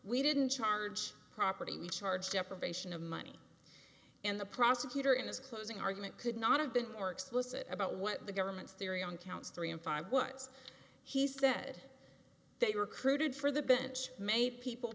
we didn't charge property we charge deprivation of money and the prosecutor in his closing argument could not have been more explicit about what the government's theory on counts three and five was he said they recruited for the bench many people